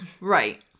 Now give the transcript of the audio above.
Right